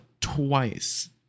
twice